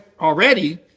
already